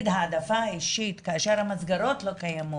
כאשר המסגרות לא קיימות,